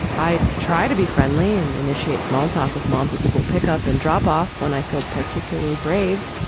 i try to be friendly and initiate small talk with moms at school pickup and drop off when i feel particularly brave.